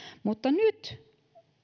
mutta nyt